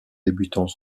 débutants